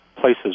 places